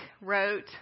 wrote